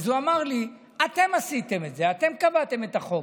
והוא אמר לי: אתם עשיתם את זה, אתם קבעתם את החוק.